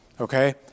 Okay